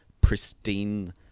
pristine